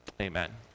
Amen